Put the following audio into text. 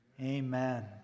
Amen